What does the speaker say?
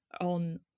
on